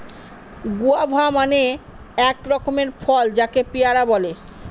guava মানে এক ধরনের ফল যাকে পেয়ারা বলে